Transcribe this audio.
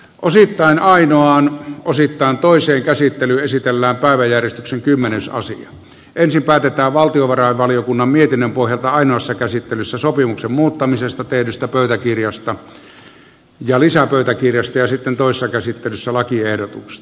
osittain ainoaan osittain toisen käsittelyn esitellä valve järistyksen ensin päätetään valtiovarainvaliokunnan mietinnön pohjalta ainoassa käsittelyssä sopimuksen muuttamisesta tehdystä pöytäkirjasta ja lisäpöytäkirjasta ja sitten tuossa käsittelyssä lakiehdotuksen